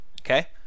Okay